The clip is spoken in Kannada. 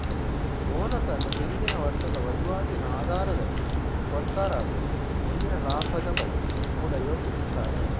ಬೋನಸ್ ಅನ್ನು ಹಿಂದಿನ ವರ್ಷದ ವೈವಾಟಿನ ಆಧಾರದಲ್ಲಿ ಕೊಡ್ತಾರಾದ್ರೂ ಮುಂದಿನ ಲಾಭದ ಬಗ್ಗೆ ಕೂಡಾ ಯೋಚಿಸ್ತಾರೆ